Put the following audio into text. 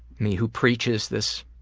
me who preaches this,